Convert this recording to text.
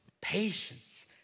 patience